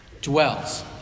dwells